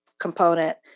component